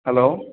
hello